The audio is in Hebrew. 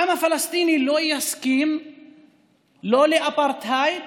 העם הפלסטיני לא יסכים לא לאפרטהייד